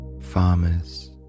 farmers